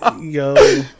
Yo